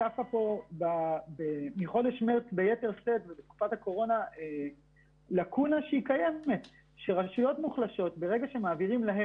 צפה מחודש מרץ ביתר שאת לקונה קיימת - שכשרשויות מוחלשות כושלות,